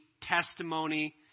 testimony